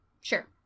Sure